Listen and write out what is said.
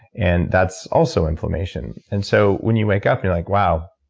and that's also inflammation. and so when you wake up, you're like wow,